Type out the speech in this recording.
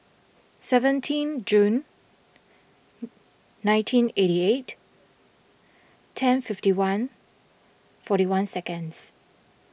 seventeen June nineteen eighty eight ten fifty one forty one second